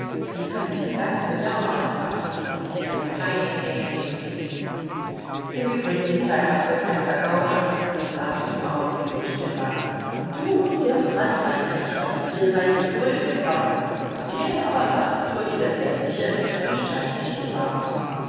sie können den ganzen jahrmarkt absuchen und werden keinen ähnlichen finden im übrigen ist er ein abgefeimter gauner das habe ich ihm auch ins gesicht gesagt du und der branntweinpächter ihr seid die größten gauner er aber lacht nur diese bestie und streicht sich den bart